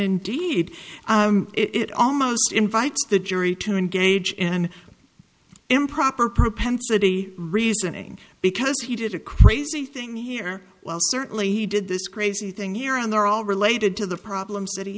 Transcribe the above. indeed it almost invites the jury to engage in improper propensity reasoning because he did a crazy thing here well certainly he did this crazy thing here and they're all related to the problems that he